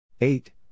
Eight